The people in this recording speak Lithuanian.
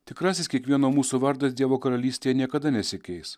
tikrasis kiekvieno mūsų vardas dievo karalystėje niekada nesikeis